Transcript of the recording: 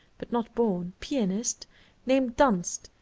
but not born, pianist named dunst,